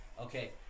Okay